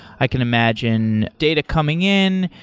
i can imagine data coming in,